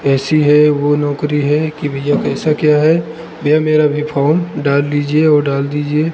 ऐसी है वह नौकरी है कि भैया कैसा क्या है भैया मेरा भी फोम डाल लीजिए और डाल दीजिए